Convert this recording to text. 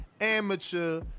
amateur